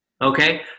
okay